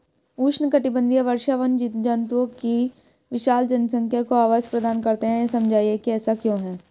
उष्णकटिबंधीय वर्षावन जंतुओं की विशाल जनसंख्या को आवास प्रदान करते हैं यह समझाइए कि ऐसा क्यों है?